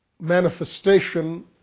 manifestation